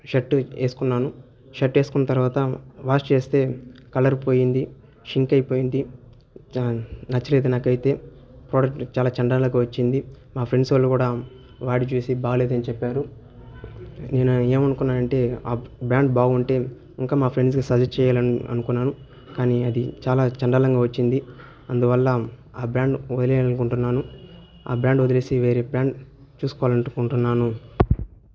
shirt వేసుకున్నాను shirt వేసుకున్న తర్వాత వాష్ చేస్తే కలర్ పోయింది షింక్ అయిపోయింది నచ్చలేదు నాకైతే ప్రోడక్ట్ చాలా చండాలంగా వచ్చింది మా ఫ్రెండ్స్ వాళ్ళు కూడా వాడి చూసి బాగలేదు అని చెప్పారు నేను అది ఏమనుకున్నాను అంటే ఆ బ్రాండ్ బాగుంటే ఇంకా మా ఫ్రెండ్స్కి సజెస్ట్ చేయాలని అనుకున్నాను కానీ అది చాలా చండాలంగా వచ్చింది అందువల్ల ఆ బ్రాండ్ వదిలేయాలి అనుకుంటున్నాను ఆ బ్రాండ్ వదిలేసి వేరే బ్రాండ్ చూసుకోవాలి అనుకుంటున్నాను